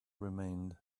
remained